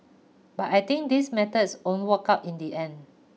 but I think these methods won't work out in the end